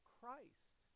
Christ